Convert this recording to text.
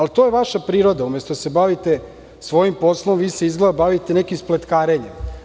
To je vaša priroda, da umesto da se bavite svojim poslom, vi se izgleda bavite nekim spletkarenjem.